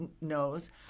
knows